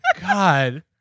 God